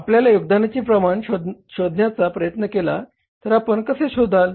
आपण योगदानाचे प्रमाण शोधण्याचा प्रयत्न केला तर आपण कसे शोधाल